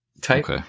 type